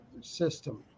system